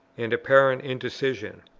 and apparent indecision?